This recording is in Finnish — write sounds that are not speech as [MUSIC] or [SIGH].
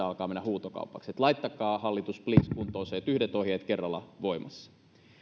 [UNINTELLIGIBLE] alkaa mennä huutokaupaksi että laittakaa hallitus pliis kuntoon se että on yhdet ohjeet kerrallaan voimassa